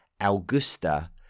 Augusta